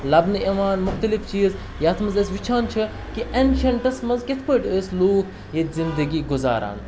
لَبنہٕ یوان مختلف چیٖز یَتھ منٛز أسۍ وٕچھان چھِ کہِ اٮ۪نشَنٹَس منٛز کِتھ پٲٹھۍ ٲسۍ لوٗکھ ییٚتہِ زندگی گُزاران